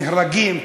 נהרגים,